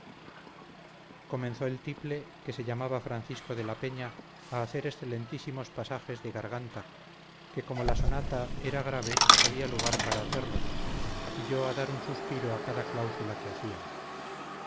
comenzó el tiple que se llamaba francisco de la peña a hacer excelentísimos pasages de garganta que como la sonata era grave había lugar para hacerlos y yo a dar un suspiro a cada cláusula que hacían